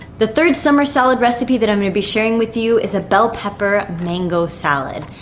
the third summer salad recipe that i'm going to be sharing with you is a bell pepper mango salad,